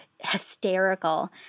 hysterical